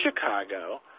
Chicago